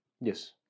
Yes